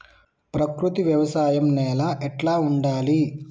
ప్రకృతి వ్యవసాయం నేల ఎట్లా ఉండాలి?